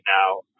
now